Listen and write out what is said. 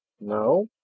No